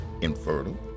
infertile